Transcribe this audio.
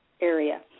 area